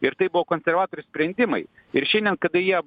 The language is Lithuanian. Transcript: ir tai buvo konservatorių sprendimai ir šiandien kada jie